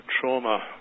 Trauma